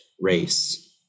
race